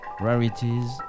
rarities